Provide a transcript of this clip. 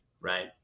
right